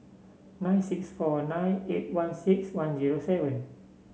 nine six four nine eight one six one zero seven